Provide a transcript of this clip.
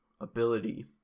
ability